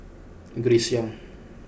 Grace Young